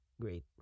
great